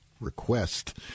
request